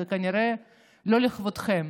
זה כנראה לא לכבודכם.